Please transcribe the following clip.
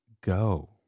go